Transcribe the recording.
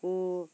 ᱠᱩ